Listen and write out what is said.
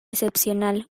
excepcional